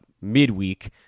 midweek